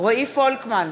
רועי פולקמן,